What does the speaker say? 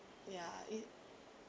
ya it